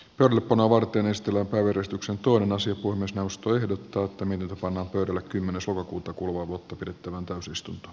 gorbunova pinnistellä verestyksen toinen asia kuin myös jaosto ehdottaa että minut pannaan pöydälle kymmenes elokuuta kuluvaa vuotta pidettävään valtiolle